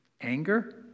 Anger